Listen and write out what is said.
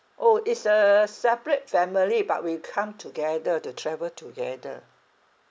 !ow! it's a separate family but we come together to travel together